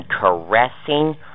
caressing